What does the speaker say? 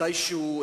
מתישהו,